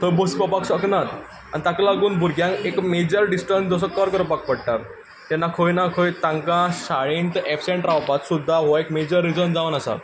थंय बस पावपाक शकनात आनी ताका लागून भुरग्यांक एक मेजर डिस्टन्स असो कव्हर करपाक पडटा तेन्ना खंय ना खंय तांकां शाळेंत एबसेंट रावपाक सुद्दां हो एक मेजर रिजन जावन आसा